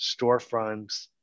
storefronts